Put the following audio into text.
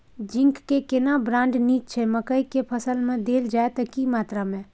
Zinc के केना brand नीक छैय मकई के फसल में देल जाए त की मात्रा में?